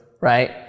right